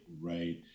right